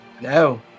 No